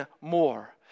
more